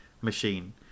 machine